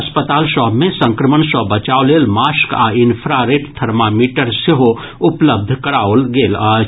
अस्पताल सभ मे संक्रमण सॅ बचाव लेल मास्क आ इन्फ्रारेड थर्मामीटर सेहो उपलब्ध कराओल गेल अछि